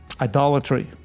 Idolatry